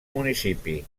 municipi